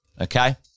okay